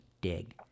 dig